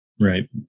Right